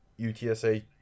UTSA